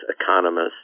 economists